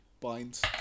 binds